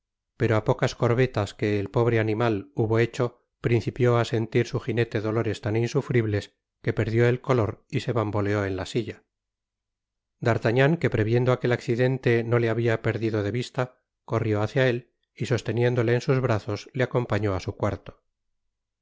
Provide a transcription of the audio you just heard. pero á pocas corbetas que el noble animal hubo hecho principió á sentir su jinete dolores tan insufribles que perdió el color y se bamboleó en la silla d'artagnan que previendo aquel accidente no le habia perdido de vigta corrió hacia él y sosteniéndole en sus brazos le acompañó á su cuarto